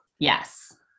Yes